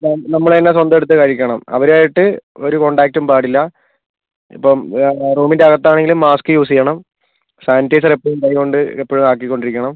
നമ്മള് തന്നെ സ്വന്തം എടുത്ത് കഴിക്കണം അവരായിട്ട് ഒരു കോൺടാക്ടും പാടില്ല ഇപ്പം റൂമിൻ്റെ അകത്താണെങ്കിലും മാസ്ക് യൂസ് ചെയ്യണം സാനിറ്റൈസർ എപ്പഴും കൈകൊണ്ട് എപ്പഴും ആക്കികൊണ്ടിരിക്കണം